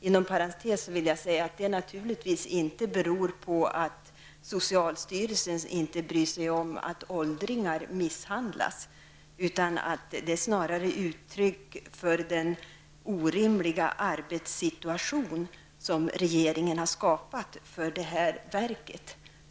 Inom parentes vill jag säga att det inte beror på att socialstyrelsen inte bryr sig om att åldringar misshandlas. Det är snarare ett uttryck för den orimliga arbetssituation som regeringen har skapat för det här verket.